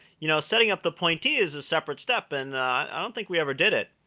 you know, setting up the pointee is a separate step. and i don't think we ever did it.